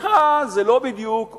צמיחה, זה לא בדיוק עובד,